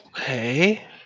Okay